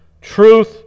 Truth